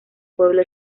pueblo